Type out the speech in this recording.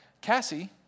Cassie